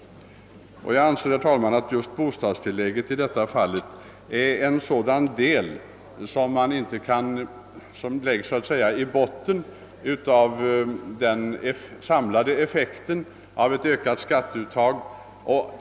Jag anser, herr talman, att just bostadstillägget så att säga ligger i botten av den samlade effekten av ett ökat skatteuttag.